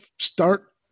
start